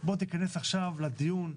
תיכנס עכשיו לדיון,